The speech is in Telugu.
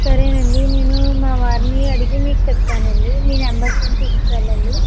సరేనండి నేను మా వారిని అడిగి మీకు చెప్తానండి మీ నెంబర్ కొంచం ఇచ్చి వెళ్ళండి